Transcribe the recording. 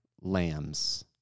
lambs